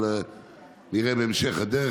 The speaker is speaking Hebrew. אבל נראה בהמשך הדרך.